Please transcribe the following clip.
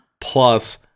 Plus